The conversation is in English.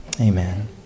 Amen